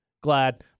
Glad